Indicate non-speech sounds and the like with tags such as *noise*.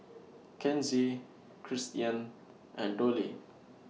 *noise* Kenzie Cristian and Dollye